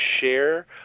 share